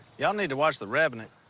ya'll need to watch the revenant.